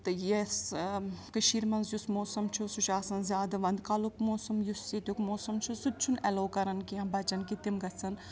تہٕ یَس کٔشیٖر منٛز یُس موسَم چھُ سُہ چھُ آسن زیادٕ وَندٕ کالُک موسم یُس ییٚتیُک موسَم چھُ سُہ تہِ چھُنہٕ ایلو کَرَان کینٛہہ بَچَن کہِ تِم گَژھن